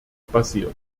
basiert